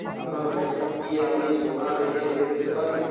আপনার ব্যাংকে কি আমি সোনা রেখে ঋণ পেতে পারি?